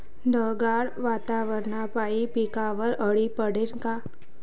ढगाळ वातावरनापाई पिकावर अळी पडते का?